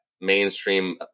mainstream